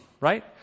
right